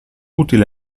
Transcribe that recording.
utile